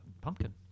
Pumpkin